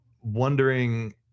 wondering